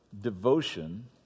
devotion